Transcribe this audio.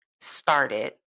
started